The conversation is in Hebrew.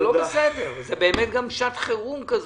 זו באמת שעת חירום.